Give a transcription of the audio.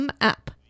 app